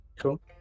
Cool